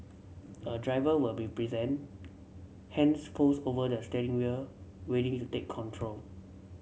a driver will be present hands pose over their steering wheel ready to take control